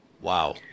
Wow